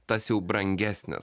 tas jau brangesnis